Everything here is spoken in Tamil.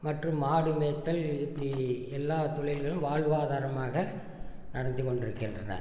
மற்றும் மாடு மேய்த்தல் இப்படி எல்லா தொழில்களும் வாழ்வாதாரமாக நடத்தி கொண்டிருக்கின்றனர்